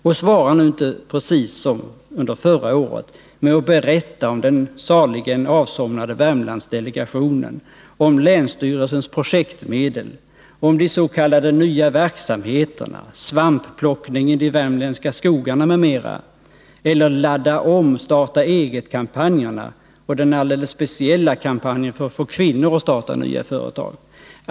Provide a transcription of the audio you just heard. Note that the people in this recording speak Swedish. Och svara nu inte precis som under förra året med att berätta om den saligen avsomnade Värmlandsdelegationen, om länsstyrelsens projektmedel, om de s.k. nya verksamheterna, om svampplockning i de värmländska skogarna m.m. eller om Ladda-om-starta-eget-kampanjerna och den alldeles speciella kampanjen för att få kvinnor att starta nya företag.